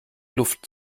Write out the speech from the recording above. luft